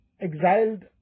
exiled